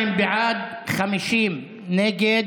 42 בעד, 50 נגד,